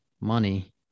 money